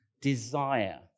desire